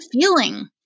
feeling